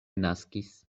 naskis